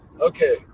Okay